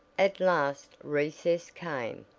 at last recess came.